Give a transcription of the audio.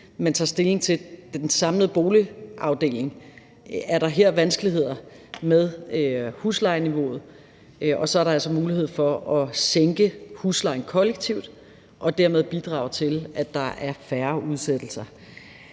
Man tager stilling til den samlede boligafdeling, altså om der her er vanskeligheder med huslejeniveauet, og så er der altså mulighed for at sænke huslejen kollektivt og dermed bidrage til, at der er færre udsættelser.